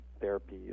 therapy